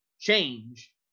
change